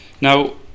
Now